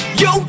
yo